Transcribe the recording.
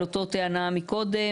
על אותה טענה מקודם.